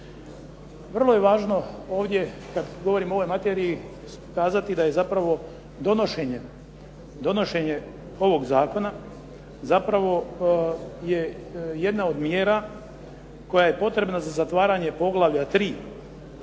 Vrlo je važno ovdje kada govorim o ovoj materiji, kazati da je zapravo donošenje ovog zakona je jedna od mjera koja je potrebna za zatvaranje poglavlja 3.